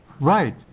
right